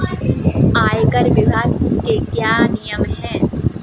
आयकर विभाग के क्या नियम हैं?